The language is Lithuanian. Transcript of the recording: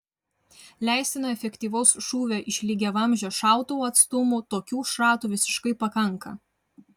leistino efektyvaus šūvio iš lygiavamzdžio šautuvo atstumu tokių šratų visiškai pakanka